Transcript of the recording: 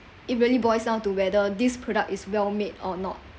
it really boils down to whether this product is well made or not